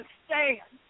stand